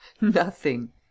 Nothing